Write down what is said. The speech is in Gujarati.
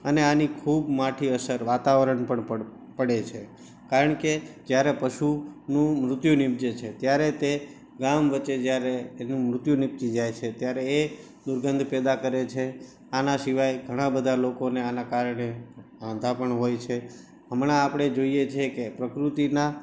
અને આની ખૂબ માઠી અસર વાતાવરણ પર પણ પડે છે કારણ કે જયારે પશુનું મૃત્યુ નીપજે છે ત્યારે તે ગામ વચ્ચે જ્યારે તેનું મૃત્યુ નીપજી જાય છે ત્યારે એ દુર્ગંધ પેદા કરે છે આના સિવાય ઘણા બધાં લોકોને આના કારણે અંધા પણ હોય છે હમણાં આપણે જોઈએ છીએ કે પ્રકૃતિનાં